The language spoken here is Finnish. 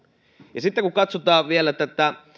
sitten kun katsotaan tätä vielä